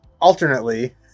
alternately